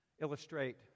illustrate